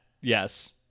yes